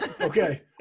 Okay